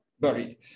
buried